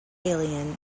alien